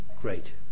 great